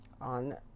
On